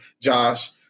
Josh